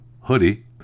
hoodie